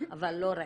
אבל לא ראיתי.